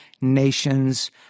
nations